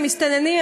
הם מסתננים,